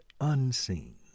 unseen